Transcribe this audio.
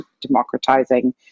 democratizing